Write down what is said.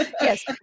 Yes